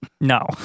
No